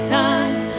time